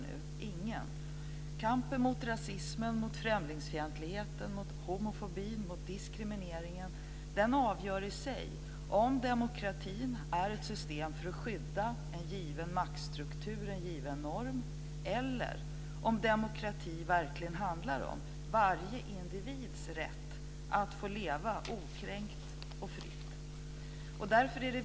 Inte någon. Kampen mot rasismen, främlingsfientligheten, homofobin och diskrimineringen avgör i sig om demokratin är ett system för att skydda en given maktstruktur, en given norm, eller om demokrati verkligen handlar om varje individs rätt att få leva okränkt och fritt.